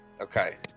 Okay